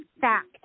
fact